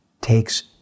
takes